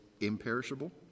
imperishable